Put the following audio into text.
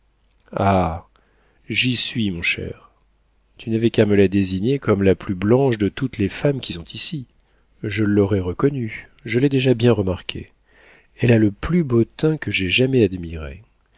j'y suis mon cher tu n'avais qu'à me la désigner comme la plus blanche de toutes les femmes qui sont ici je l'aurais reconnue je l'ai déjà bien remarquée elle a le plus beau teint que j'aie jamais admiré